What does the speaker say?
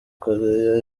korea